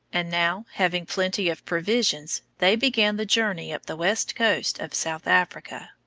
and now, having plenty of provisions, they began the journey up the west coast of south america.